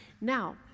Now